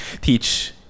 teach